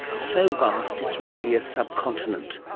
so vast it's really a subcontinent,